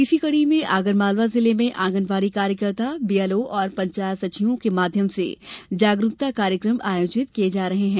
इसी कड़ी में आगरमालवा जिले में आंगनवाड़ी कार्यकर्ता बीएलओ और पंचायत सचिवों के माध्यम से जागरूकता कार्यक्रम आयोजित किये जा रहे है